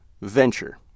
venture